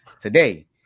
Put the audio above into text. today